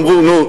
אמרו: נו,